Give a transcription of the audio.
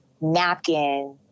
napkin